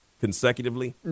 consecutively